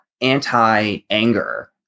anti-anger